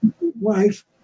wife